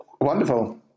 Wonderful